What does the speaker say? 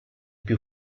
più